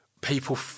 people